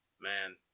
man